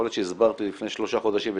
יכול להיות שהסברת לי לפני שלושה חודשים ושכחתי,